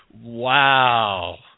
wow